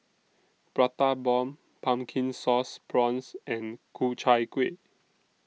Prata Bomb Pumpkin Sauce Prawns and Ku Chai Kuih